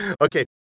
Okay